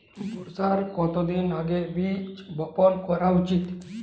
বর্ষার কতদিন আগে বীজ বপন করা উচিৎ?